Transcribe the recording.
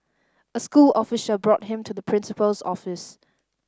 a school official brought him to the principal's office